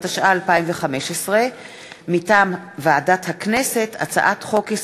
התשע"ה 2015. לקריאה